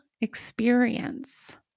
experience